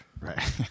Right